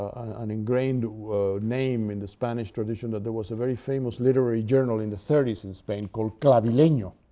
and engrained name in the spanish tradition that there was a very famous literary journal in the thirties in spain called clavileno.